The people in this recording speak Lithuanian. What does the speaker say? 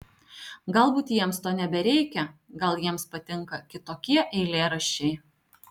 galbūt jiems to nebereikia gal jiems patinka kitokie eilėraščiai